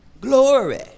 Glory